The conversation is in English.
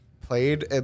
played